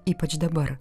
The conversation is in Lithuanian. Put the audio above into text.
ypač dabar